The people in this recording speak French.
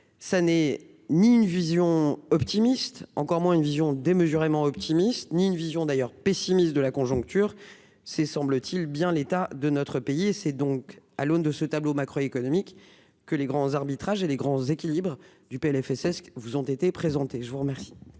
ça n'est ni une vision optimiste, encore moins une vision démesurément optimistes ni une vision d'ailleurs pessimiste de la conjoncture s'est semble-t-il bien l'état de notre pays et c'est donc à l'aune de ce tableau macroéconomique que les grands arbitrages et les grands équilibres du PLFSS qui vous ont été présentés, je vous remercie.